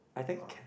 I think